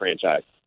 franchise